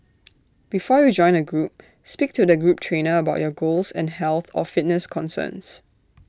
before you join A group speak to the group trainer about your goals and health or fitness concerns